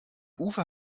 ufer